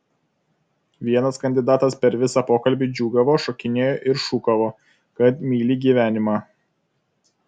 vienas kandidatas per visą pokalbį džiūgavo šokinėjo ir šūkavo kad myli gyvenimą